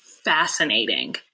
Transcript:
Fascinating